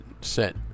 set